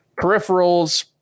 peripherals